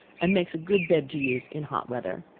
and makes a good bed to use in hot weather.